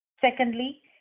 Secondly